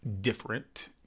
different